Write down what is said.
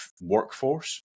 workforce